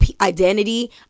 identity